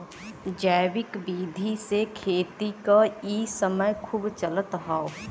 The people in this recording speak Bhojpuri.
जैविक विधि से खेती क इ समय खूब चलत हौ